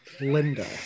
Linda